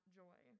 joy